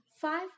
five